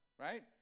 right